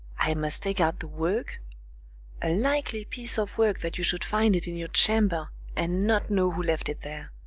i must take out the work a likely piece of work that you should find it in your chamber and not know who left it there!